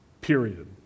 period